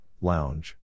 Lounge